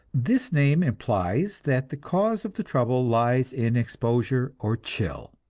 this name implies that the cause of the trouble lies in exposure or chill.